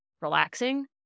relaxing